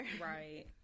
right